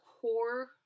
core